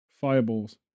fireballs